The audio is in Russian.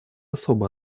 особо